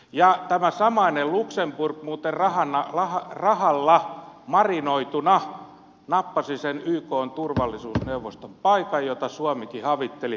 ja tämä samainen luxemburg muuten rahalla marinoituna nappasi sen ykn turvallisuusneuvoston paikan jota suomikin havitteli